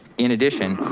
in addition,